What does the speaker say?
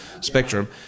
spectrum